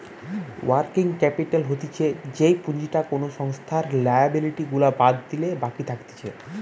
working capital হতিছে যেই পুঁজিটা কোনো সংস্থার লিয়াবিলিটি গুলা বাদ দিলে বাকি থাকতিছে